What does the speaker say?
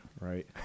right